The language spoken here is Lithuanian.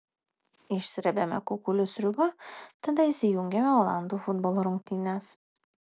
išsrebiame kukulių sriubą tada įsijungiame olandų futbolo rungtynes